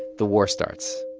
the war starts.